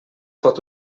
pot